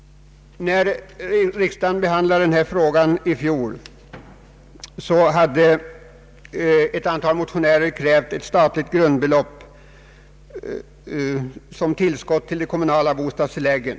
När riksdagen i fjol behandlade denna fråga krävde ett antal motionärer ett Nr 27 215 Ang. bostadstillägg åt pensionärer statligt grundbelopp som tillskott till de kommunala bostadstilläggen.